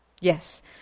Yes